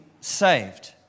saved